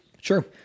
Sure